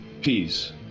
Peace